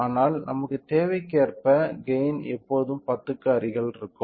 ஆனால் நமது தேவைக்கேற்ப கெய்ன் எப்போதும் 10 க்கு அருகில் இருக்கும்